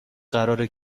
قراره